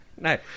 No